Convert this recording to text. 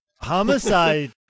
Homicide